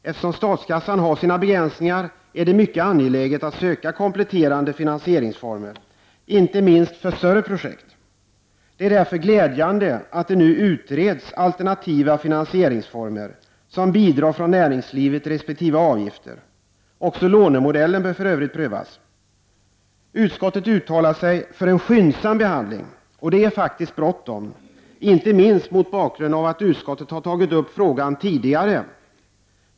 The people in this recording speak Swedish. Eftersom statskassan har sina begränsningar är det mycket angeläget att söka kompletterande finansieringsformer, inte minst för större projekt. Det är därför glädjande att det nu utreds alternativa finansieringsformer såsom bidrag från näringslivet resp. avgifter. Också lånemodellen bör för övrigt prövas. Utskottet uttalar sig för en skyndsam behandling. Och det är faktiskt bråttom, inte minst mot bakgrund av att utskottet har tagit upp frågan tidigare.